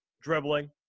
dribbling